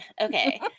okay